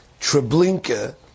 Treblinka